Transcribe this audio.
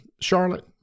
Charlotte